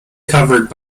covered